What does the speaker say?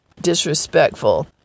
disrespectful